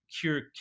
cure